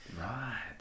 Right